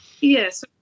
yes